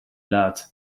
lot